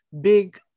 big